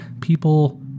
people